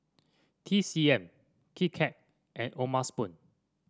T C M Kit Kat and O'ma Spoon